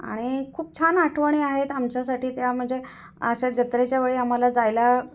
आणि खूप छान आठवणी आहेत आमच्यासाठी त्या म्हणजे अशा जत्रेच्या वेळी आम्हाला जायला